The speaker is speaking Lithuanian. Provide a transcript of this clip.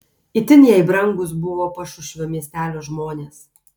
itin jai brangūs buvo pašušvio miestelio žmonės